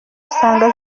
usanga